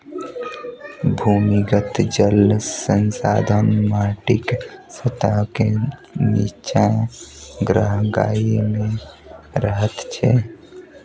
भूमिगत जल संसाधन माटिक सतह के निच्चा गहराइ मे रहै छै